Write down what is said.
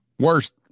Worst